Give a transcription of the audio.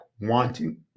wanting